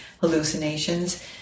hallucinations